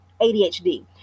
ADHD